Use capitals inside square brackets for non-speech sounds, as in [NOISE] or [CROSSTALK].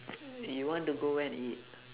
[NOISE] you want to go where and eat